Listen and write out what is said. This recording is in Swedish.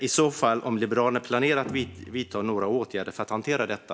I så fall undrar jag om Liberalerna planerar att vidta några åtgärder för att hantera detta.